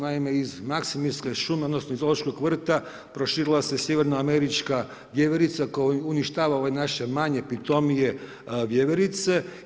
Naime iz maksimirske šume, odnosno iz zoološkog vrta proširila se sjeverno američka vjeverica koja uništava ove naše manje, pitomije vjeverice.